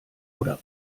oder